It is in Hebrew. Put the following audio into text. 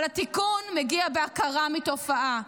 אבל התיקון מגיע מהכרה בתופעה,